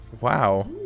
Wow